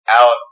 out